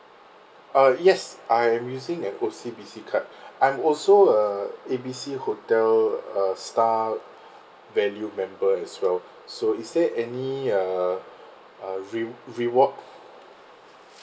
uh yes I am using an O_C_B_C card I'm also a A B C hotel uh star value member as well so is there any uh uh re~ reward